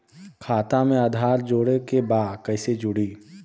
खाता में आधार जोड़े के बा कैसे जुड़ी?